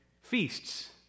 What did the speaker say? Feasts